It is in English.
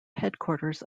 headquarters